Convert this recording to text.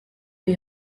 ari